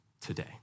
today